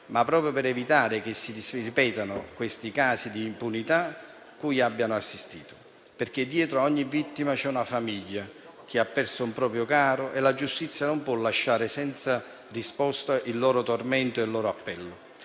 ma proprio per evitare che si ripetano i casi d'impunità cui abbiamo assistito. Dietro ogni vittima, c'è una famiglia che ha perso un proprio caro e la giustizia non può lasciare senza risposta il loro tormento e il loro appello.